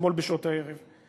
אתמול בשעות הערב.